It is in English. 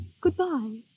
goodbye